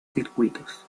circuitos